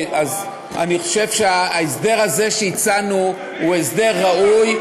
אז אני חושב שההסדר הזה שהצענו הוא הסדר ראוי,